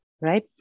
right